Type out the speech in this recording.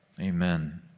Amen